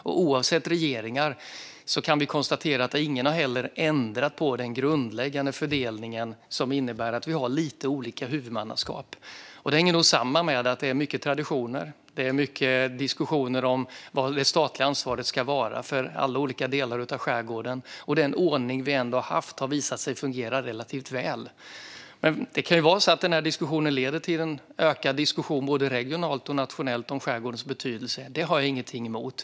Oavsett regering har ingen ändrat på den grundläggande fördelningen, som innebär att vi har lite olika huvudmannaskap. Det hänger samman med att det är mycket traditioner. Det är också mycket diskussioner om vad det statliga ansvaret ska vara för alla olika delar av skärgården, men den ordning vi har haft har ändå visat sig fungera relativt väl. Kanske kan denna debatt leda till en ökad diskussion både regionalt och nationellt om skärgårdens betydelse. Det har jag inget emot.